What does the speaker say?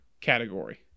category